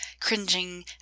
cringing